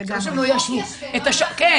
--- כלומר,